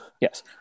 yes